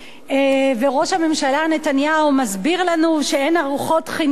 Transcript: וראש הממשלה נתניהו מסביר לנו שאין ארוחות חינם